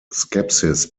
skepsis